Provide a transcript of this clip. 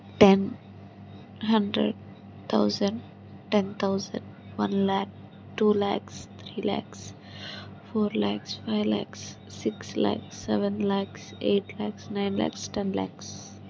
ten hundred thousand ten thousand one lakh two lakhs three lakhs four lakhs five lakhs six lakhs seven lakhs eight lakhs nine lakhs ten lakhs